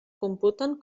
computen